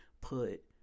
put